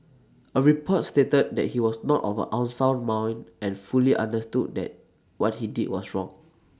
A report stated that he was not of unsound mind and fully understood that what he did was wrong